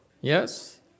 Yes